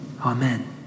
Amen